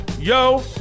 Yo